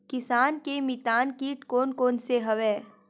किसान के मितान कीट कोन कोन से हवय?